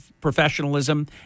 professionalism